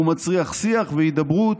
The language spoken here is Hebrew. הוא מצריך שיח והידברות.